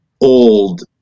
old